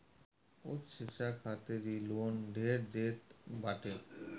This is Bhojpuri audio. उच्च शिक्षा खातिर इ लोन ढेर लेत बाटे